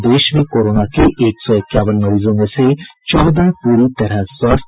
और देश में कोरोना के एक सौ इक्यावन मरीजों में से चौदह पूरी तरह स्वस्थ